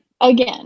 again